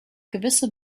gewisse